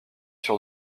sur